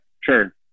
sure